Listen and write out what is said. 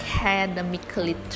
academically